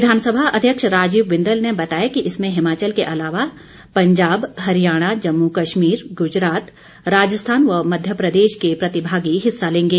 विधानसभा अध्यक्ष राजीव बिंदल ने बताया कि इसमें हिमाचल के अलावा पंजाब हरियाणा जम्मू कश्मीर गुजरात राजस्थान व मध्य प्रदेश के प्रतिभागी हिस्सा लेंगे